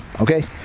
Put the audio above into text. okay